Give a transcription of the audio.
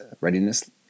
readiness